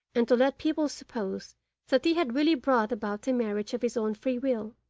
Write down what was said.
and to let people suppose that he had really brought about the marriage of his own free will.